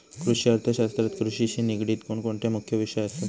कृषि अर्थशास्त्रात कृषिशी निगडीत कोणकोणते मुख्य विषय असत?